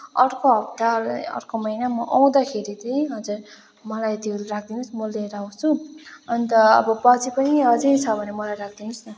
अर्को हप्ता अर्को महिना म आउँदैखेरि चाहिँ हजुर मलाई त्यो राखिदिनुहोस् म लिएर आउँछु अन्त अब पछि पनि अझै छ भने मलाई राराखिदिनुहोस् न